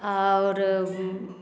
आओर